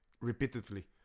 repeatedly